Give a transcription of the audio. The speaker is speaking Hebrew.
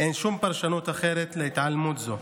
אין שום פרשנות אחרת להתעלמות זו.